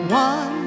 one